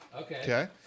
Okay